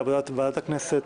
לעבודת ועדת הכנסת,